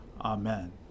Amen